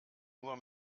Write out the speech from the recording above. nur